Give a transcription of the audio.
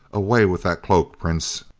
away with that cloak, prince!